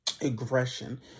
aggression